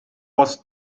was